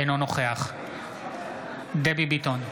אינו נוכח דבי ביטון,